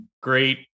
great